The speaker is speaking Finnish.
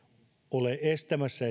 ole estämässä